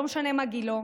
לא משנה מה גילו,